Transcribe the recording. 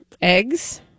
eggs